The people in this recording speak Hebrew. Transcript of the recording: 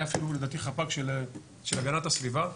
היה אפילו לדעתי חפ"ק של הגנת הסביבה.